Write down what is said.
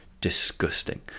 disgusting